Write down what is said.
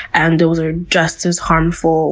and those are just as harmful